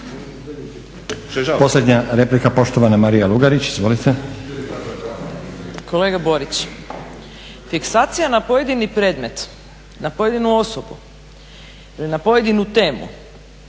Posljednja replika, poštovana Marija Lugarić. Izvolite. **Lugarić, Marija (SDP)** Kolega Borić, fiksacija na pojedini predmet, na pojedinu osobu, na pojedinu temu